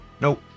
nope